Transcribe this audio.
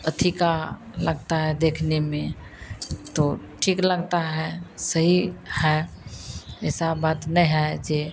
अथी का लगता है देखने में तो ठीक लगता है सही है ऐसी बात नहीं है जो